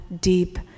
deep